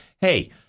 Hey